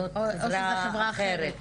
זאת חברה אחרת.